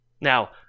Now